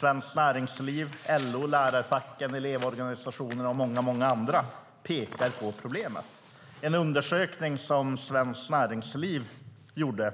Svenskt Näringsliv, LO, lärarfacken, elevorganisationerna och många andra pekar på problemen. En undersökning Svenskt Näringsliv gjorde